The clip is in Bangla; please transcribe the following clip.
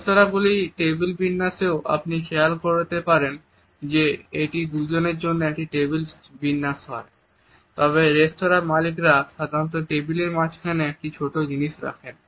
রেস্তোঁরাগুলির টেবিল বিন্যাসেও আপনি খেয়াল করতে পারেন যে এটি যদি দুজনের জন্য একটি টেবিল বিন্যাস হয় তবে রেস্তোঁরা মালিকরা সাধারণত টেবিলের মাঝখানে একটি ছোট জিনিস রাখেন